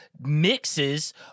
mixes